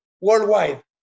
worldwide